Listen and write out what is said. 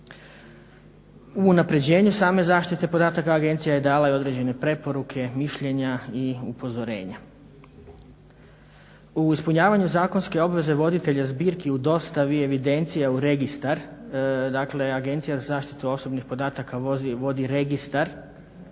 U unapređenju same zaštite podataka agencija je dala i određene preporuke, mišljenja i upozorenja. U ispunjavanju zakonske obveze voditelja zbirki u dostavi evidencija u registar, dakle Agencija za zaštitu osobnih podataka vodi registar